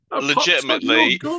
Legitimately